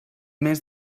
més